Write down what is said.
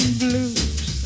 blues